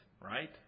right